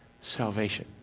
salvation